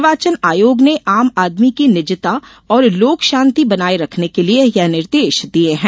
निर्वाचन आयोग ने आम आदमी की निजता और लोकशांति बनाये रखने के लिये यह निर्देश दिये है